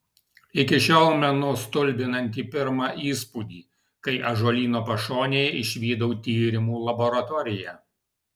iki šiol menu stulbinantį pirmą įspūdį kai ąžuolyno pašonėje išvydau tyrimų laboratoriją